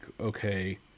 okay